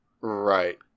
right